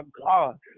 God